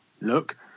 look